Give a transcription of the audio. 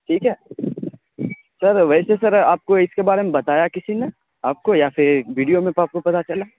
ٹھیک ہے سر ویسے سر آپ کو اس کے بارے میں بتایا کسی نے آپ کو یا پھر ویڈیو میں آپ کو پتہ چلا